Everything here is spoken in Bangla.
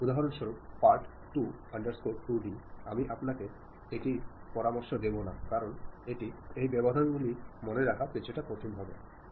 উদাহরণস্বরূপ পার্ট 2 2d আমি আপনাকে এটির পরামর্শ দেব না কারণ এই ব্যবধানগুলি মনে রাখা কিছুটা কঠিন হবে